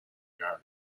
regard